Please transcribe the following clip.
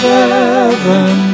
heaven